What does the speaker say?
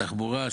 תחבורה,